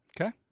Okay